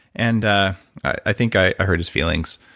and i think i hurt his feelings